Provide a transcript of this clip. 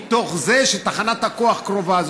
מתוך זה שתחנת הכוח קרובה,